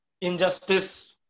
injustice